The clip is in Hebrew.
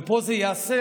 ופה זה ייעשה,